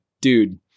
dude